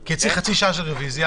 כי צריך חצי שעה לרביזיה,